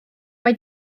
mae